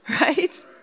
Right